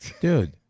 Dude